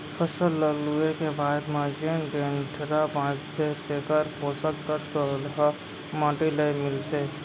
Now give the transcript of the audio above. फसल ल लूए के बाद म जेन डेंटरा बांचथे तेकर पोसक तत्व ह माटी ले मिलथे